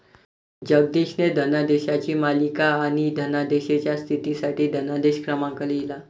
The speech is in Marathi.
जगदीशने धनादेशांची मालिका आणि धनादेशाच्या स्थितीसाठी धनादेश क्रमांक लिहिला